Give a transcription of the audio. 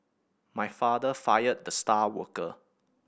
my father fired the star worker